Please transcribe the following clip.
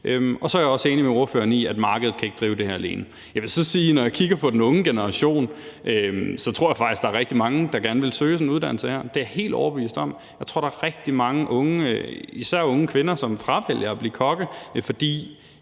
Så er jeg også enig med ordføreren i, at markedet ikke kan drive det her alene. Jeg vil så sige, at når jeg kigger på den unge generation, tror jeg faktisk, der er rigtig mange, der gerne vil søge sådan en uddannelse her. Det er jeg helt overbevist om. Jeg tror, der er rigtig mange unge, især unge kvinder, som fravælger at blive kokke, fordi